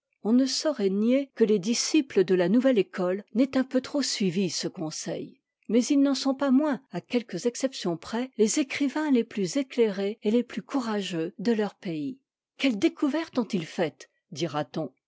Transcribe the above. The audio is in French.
on ne saurait nier que les disciples de la nouvelle école n'aient un peu trop suivi ce conseil mais ils n'en sont pas moins à quelques exceptions près les écrivains les plus éclairés et les plus courageux de leur pays quelle découverte ont-ils faite